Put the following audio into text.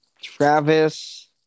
Travis